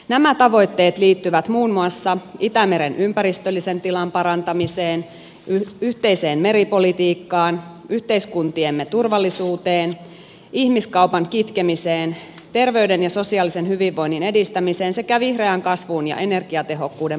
nämä tavoitteet liittyvät muun muassa itämeren ympäristöllisen tilan parantamiseen yhteiseen meripolitiikkaan yhteiskuntiemme turvallisuuteen ihmiskaupan kitkemiseen terveyden ja sosiaalisen hyvinvoinnin edistämiseen sekä vihreään kasvuun ja energiatehokkuuden parantamiseen